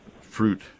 fruit